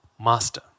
master